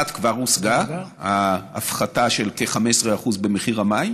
אחת כבר הושגה, ההפחתה של כ-15% במחיר המים